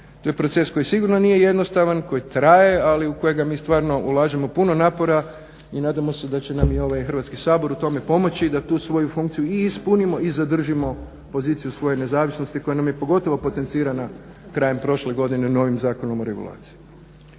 To je proces koji sigurno nije jednostavan, koji traje, ali u kojega mi stvarno ulažemo puno napora i nadamo se da će nam i ovaj Hrvatski sabor u tome pomoći da tu svoju funkciju i ispunimo i zadržimo poziciju svoje nezavisnosti koja nam je pogotovo potencirana krajem prošle godine novim zakonom o regulaciji.